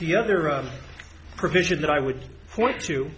the other a provision that i would point to